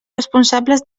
responsables